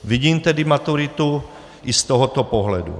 Vidím tedy maturitu i z tohoto pohledu.